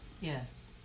Yes